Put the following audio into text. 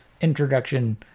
introduction